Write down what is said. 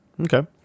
Okay